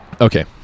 Okay